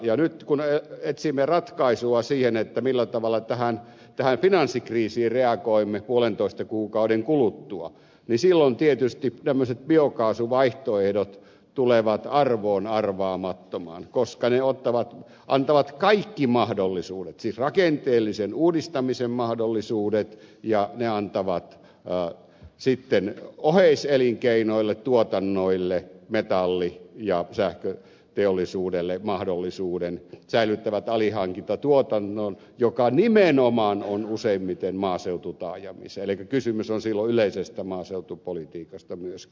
nyt kun etsimme ratkaisua siihen millä tavalla tähän finanssikriisiin reagoimme puolentoista kuukauden kuluttua niin silloin tietysti tämmöiset biokaasuvaihtoehdot tulevat arvoon arvaamattomaan koska ne antavat kaikki mahdollisuudet siis rakenteellisen uudistamisen mahdollisuudet ja ne antavat sitten oheiselinkeinoille tuotannoille metalli ja sähköteollisuudelle mahdollisuuden säilyttävät alihankintatuotannon joka nimenomaan on useimmiten maaseututaajamissa elikkä kysymys on silloin yleisestä maaseutupolitiikasta myöskin